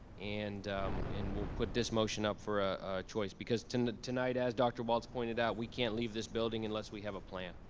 and and we'll put this motion up for choice because tonight tonight as dr. walts pointed out, we can't leave this building unless we a plan.